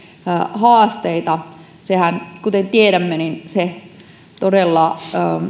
haasteita kuten tiedämme se todella